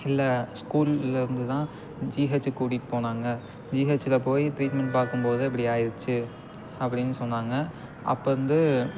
இல்லை ஸ்கூல்லேருந்து தான் ஜிஹெச்சுக்கு கூட்டிட்டு போனாங்க ஜிஹெச்சில் போய் ட்ரீட்மெண்ட் பார்க்கும்போது தான் இப்படி ஆகிடுச்சு அப்படினு சொன்னாங்க அப்போ வந்து